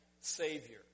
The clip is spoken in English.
Savior